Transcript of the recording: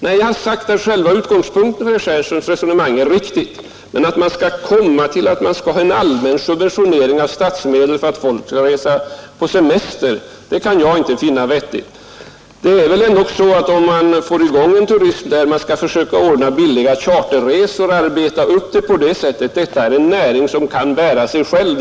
Nej, jag har sagt att själva utgångspunkten för herr Stjernströms resonemang är riktig, men jag kan inte finna det vettigt att man skall ha en allmän subventionering av skattemedel för att människor skall kunna resa på semester. Om man får i gång en turism med billiga charterresor och om turismen arbetar billigt över huvud taget, så är det väl ändå en näring som kan bära sig själv.